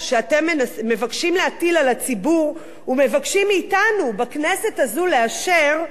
שאתם מבקשים להטיל על הציבור ומבקשים מאתנו בכנסת הזו לאשר,